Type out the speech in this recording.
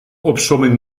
opsomming